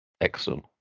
Excellent